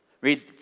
Read